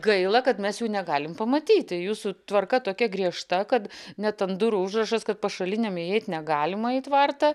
gaila kad mes jų negalim pamatyti jūsų tvarka tokia griežta kad net ant durų užrašas kad pašaliniam įeit negalima į tvartą